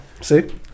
see